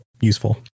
useful